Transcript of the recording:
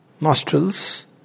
nostrils